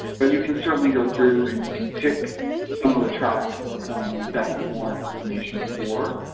but you can certainly go through and you can pick some of the tracts that you want information for.